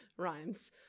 rhymes